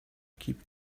keep